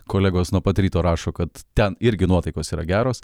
kolegos nuo pat ryto rašo kad ten irgi nuotaikos yra geros